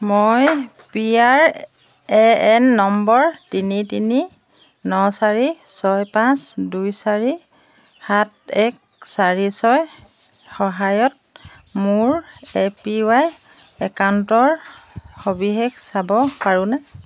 মই P R A N number তিনি তিনি ন চাৰি ছয় পাঁচ দুই চাৰি সাত এক চাৰি ছয়ৰ সহায়ত মোৰ এ পি ৱাই একাউণ্টৰ সবিশেষ চাব পাৰোঁনে